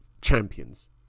champions